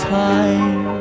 time